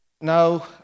No